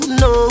no